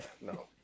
no